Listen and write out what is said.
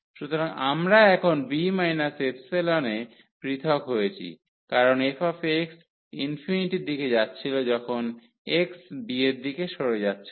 সুতরাং আমরা এখন b ε তে পৃথক হয়েছি কারণ fx ইনফিনিটির দিকে যাচ্ছিল যখন x b এর দিকে সরে যাচ্ছিল